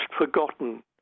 forgotten